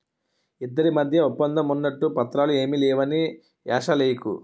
ఇద్దరి మధ్య ఒప్పందం ఉన్నట్లు పత్రాలు ఏమీ లేవని ఏషాలెయ్యకు